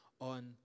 on